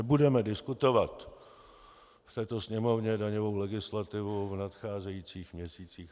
Budeme diskutovat v této Sněmovně daňovou legislativu v nadcházejících měsících.